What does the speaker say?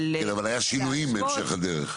כן אבל היה שינויים בהמשך הדרך.